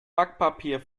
backpapier